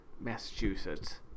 Massachusetts